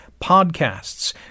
podcasts